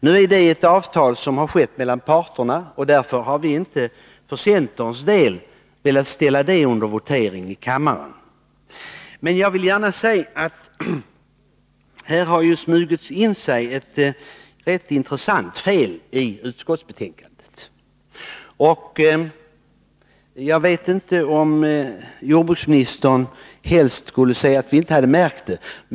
Det är ett avtal som slutits mellan parterna, och därför har vi för centerns del inte velat att kammaren skulle behöva votera om saken. Det har smugit sig in ett rätt så intressant fel i utskottsbetänkandet. Jordbruksministern skulle kanske helst ha sett att vi inte hade märkt det.